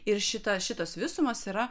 ir šita šitos visumos yra